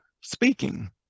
speaking